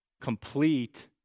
complete